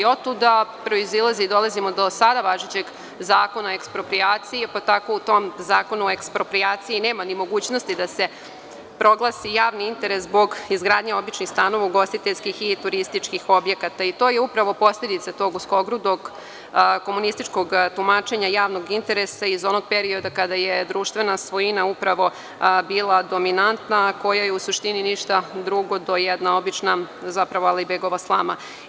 Otuda dolazimo do sada važećeg Zakona o eksproprijaciji, pa tako u tom Zakonu o eksproprijaciji nema mogućnosti da se proglasi javni interes zbog izgradnje običnih stanova, ugostiteljskih i turističkih objekata, i to je upravo posledica tog uskogrudog komunističkog tumačenja javnog interesa iz onog perioda kada je društvena svojina bila dominantna, koja je u suštini ništa drugo do jedna obična Ali-begova slama.